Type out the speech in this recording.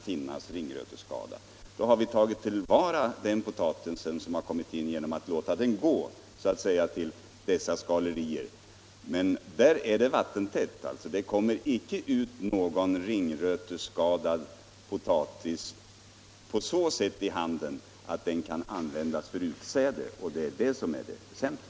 Den potatis som har kommit in har vi emellertid tagit till vara genom att låta den gå till dessa skalerier, men där är det vattentätt. Därifrån kommer det icke ut någon ringröteskadad potatis i handeln i sådant skick att den kan användas till utsäde, och det är det som är det väsentliga.